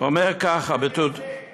אומר ככה, שם יפה.